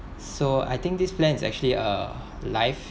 so I think this plan is actually a life